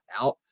out